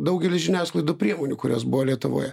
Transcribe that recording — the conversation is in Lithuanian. daugelis žiniasklaidų priemonių kurios buvo lietuvoje